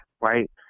right